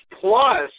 plus